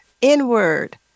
inward